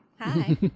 Hi